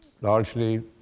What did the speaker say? largely